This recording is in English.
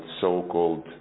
so-called